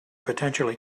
potentially